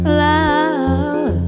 love